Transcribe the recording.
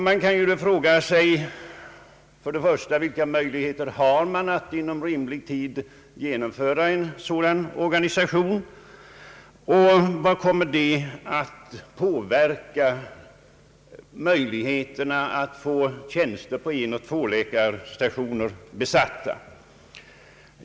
Man kan fråga sig först och främst, vilka möjligheter det finns att inom rimlig tid genomföra en sådan organisation, och hur det kommer att påverka utsikterna att få tjänster till enoch tvåläkarstationer besatta.